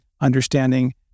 understanding